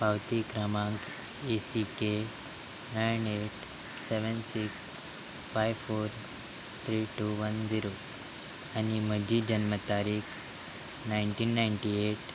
पावती क्रमांक A C K nine eight seven six five four three two one zero आनी म्हजी जल्म तारीख नायन्टीन नायटी एट